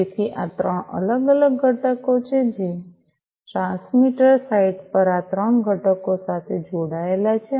તેથી આ ત્રણ અલગ અલગ ઘટકો છે જે ટ્રાન્સમીટર સાઇટ પર આ ત્રણ ઘટકો સાથે જોડાયેલા છે